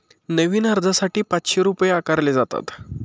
नवीन अर्जासाठी पाचशे रुपये आकारले जातात